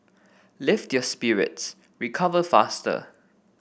lift your spirits recover faster